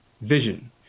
vision